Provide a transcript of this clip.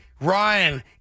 Ryan